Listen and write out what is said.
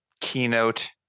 Keynote